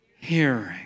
hearing